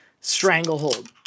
stranglehold